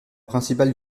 principale